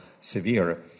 severe